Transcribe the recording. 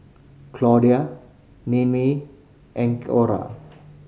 Claudia Ninnie and Orra